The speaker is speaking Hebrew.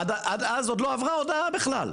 עד אז לא עברה הודעה בכלל.